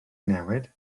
newid